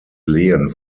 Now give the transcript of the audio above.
lehen